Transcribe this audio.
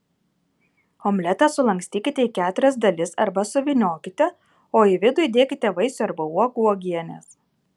omletą sulankstykite į keturias dalis arba suvyniokite o į vidų įdėkite vaisių arba uogų uogienės